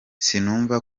sinumva